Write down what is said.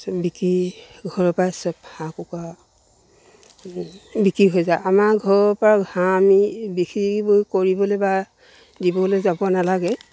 চব বিক্ৰী ঘৰৰপৰাই চব হাঁহ কুকুৰা বিক্ৰী হৈ যায় আমাৰ ঘৰৰপৰা হাঁহ আমি বিক্ৰীব কৰিবলৈ বা দিবলৈ যাব নালাগে